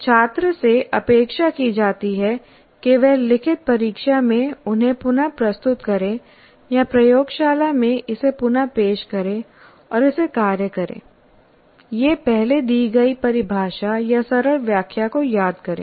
छात्र से अपेक्षा की जाती है कि वह लिखित परीक्षा में उन्हें पुन प्रस्तुत करे या प्रयोगशाला में इसे पुन पेश करे और इसे कार्य करे या पहले दी गई परिभाषा या सरल व्याख्या को याद करे